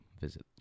Visit